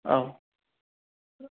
औ